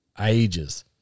ages